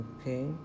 Okay